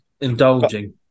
indulging